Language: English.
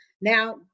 Now